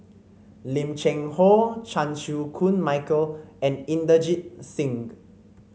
Lim Cheng Hoe Chan Chew Koon Michael and Inderjit Singh